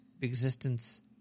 existence